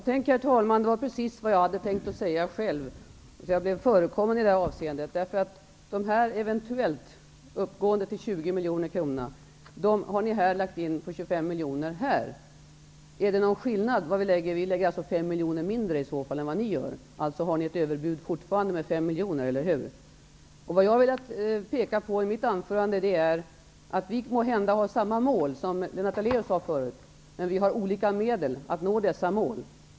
Herr talman! Det var precis vad jag själv hade tänkt att säga. Jag blev förekommen i det avseendet. De eventuella 20 miljoner kronorna har ni lagt in här. Vi föreslår dock 5 miljoner kronor mindre än i ni föreslår. Alltså har ni fortfarande ett överbud på 5 miljoner kronor -- eller hur? I mitt anförande ville jag peka på att vi måhända har samma mål, vilket Lennart Daléus framhöll tidigare. Men vi använder olika medel för att nå dessa mål.